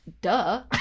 duh